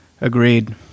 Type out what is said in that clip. Agreed